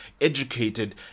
educated